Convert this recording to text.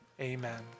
Amen